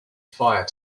fire